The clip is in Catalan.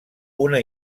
una